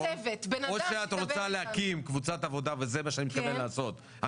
או שאת רוצה להקים קבוצת עבודה וזה מה שאני מתכוון לעשות,